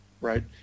right